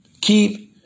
keep